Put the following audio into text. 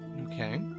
Okay